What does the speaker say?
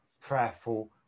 prayerful